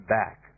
back